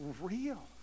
real